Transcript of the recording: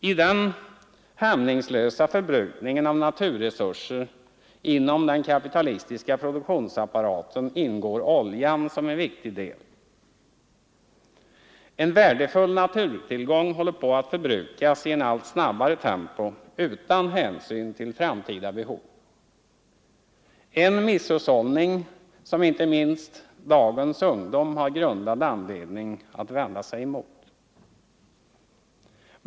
I den hämningslösa förbrukningen av naturresurser inom den kapitalistiska produktionsapparaten ingår oljan som en viktig del. En värdefull naturtillgång håller på att förbrukas i ett allt snabbare tempo utan hänsyn till framtida behov — en misshushållning som inte minst dagens ungdom har grundad anledning att vända sig emot.